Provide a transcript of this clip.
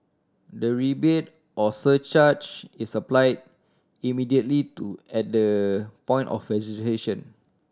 the rebate or surcharge is applied immediately to at the point of registration